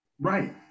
Right